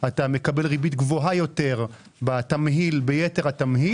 אתה מקבל ריבית גבוהה יותר ביתר התמהיל.